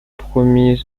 premiers